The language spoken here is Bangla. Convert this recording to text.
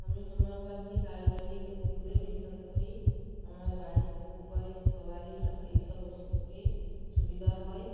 আমি হোমিওপ্যাথিক আয়ুর্বেদিক ওষুধে বিশ্বাস করি আমার বাড়িতে কোবাই সবারই এই সব ওষুধ খেয়ে সুবিধা হয়